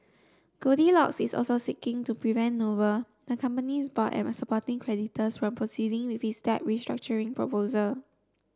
Goldilocks is also seeking to prevent Noble the company's board and supporting creditors proceeding with its debt restructuring proposal